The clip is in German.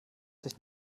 sich